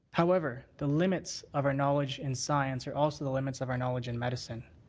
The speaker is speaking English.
however, the limits of our knowledge in science are also the limits of our knowledge in medicine.